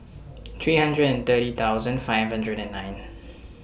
three hundred and thirty thousand five hundred and nine